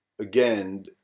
again